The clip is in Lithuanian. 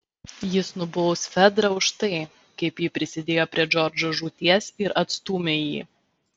jis nubaus fedrą už tai kaip ji prisidėjo prie džordžo žūties ir atstūmė jį